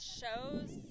shows